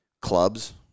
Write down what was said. clubs